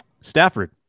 Stafford